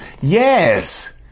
Yes